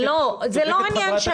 לא, זה לא עניין של